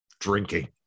drinking